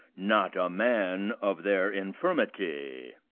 not a man of their infirmity.